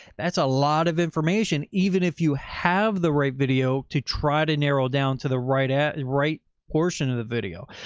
that's a lot of information, even if you have the right video to try to narrow it down to the right ad, and right. portion of the video.